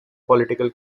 political